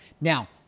Now